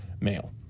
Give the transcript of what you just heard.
male